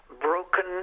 broken